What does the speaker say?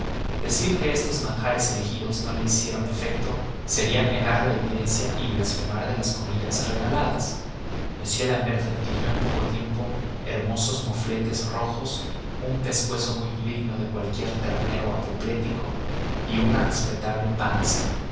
decir que estos manjares elegidos no le hicieron efecto sería negar la evidencia y blasfemar de las comidas regaladas m l'ambert adquirió en poco tiempo hermosos mofletes rojos un pescuezo muy digno de cualquier ternero apoplético y una respetable panza